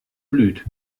blüht